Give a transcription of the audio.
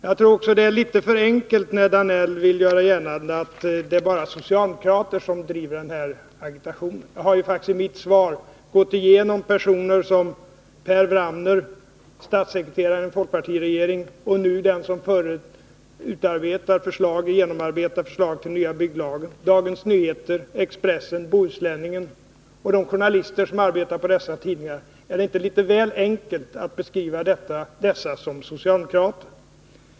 Jag tror att man förenklar det hela litet när man, som herr Danell gör, gör gällande att det bara är socialdemokrater som bedriver den här agitationen. Jag har i debatten faktiskt hänvisat till personer som Per Wramner — tidigare statssekreterare i folkpartiregeringen och nu den som genomarbetar förslag till ny bygglag — och till journalister som arbetar på Dagens Nyheter, Expressen och Bohusläningen. Är det inte litet väl enkelt att beteckna dessa som socialdemokrater?